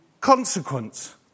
consequence